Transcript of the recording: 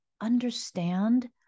understand